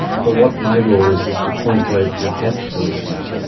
but what my role is is to point out the ethical issues.